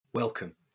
Welcome